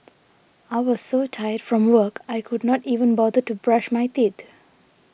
I was so tired from work I could not even bother to brush my teeth